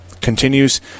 continues